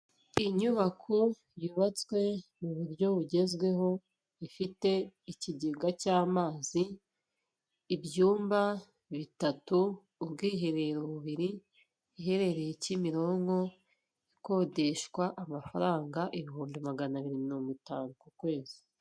Aya n'ameza ari mu nzu, bigaragara ko aya meza ari ayokuriho arimo n'intebe nazo zibaje mu biti ariko aho bicarira hariho imisego.